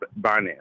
Binance